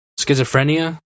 Schizophrenia